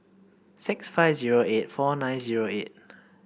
six five zero eight four nine zero eight